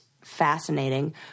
fascinating